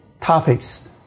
topics